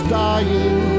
dying